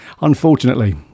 Unfortunately